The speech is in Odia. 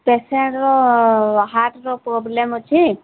ପେସେଣ୍ଟ୍ର ହାର୍ଟର ପ୍ରୋବ୍ଲେମ୍ ଅଛି